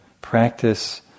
practice